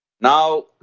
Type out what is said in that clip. Now